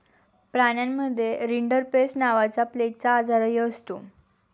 प्राण्यांमध्ये रिंडरपेस्ट नावाचा प्लेगचा आजारही असतो